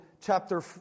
chapter